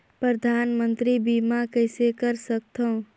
परधानमंतरी बीमा कइसे कर सकथव?